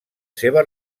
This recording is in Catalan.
seva